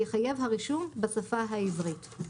יחייב הרישום בשפה העברית.